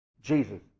Jesus